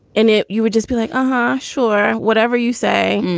and it you would just be like, ha! sure. whatever you say.